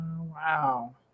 wow